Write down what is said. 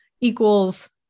equals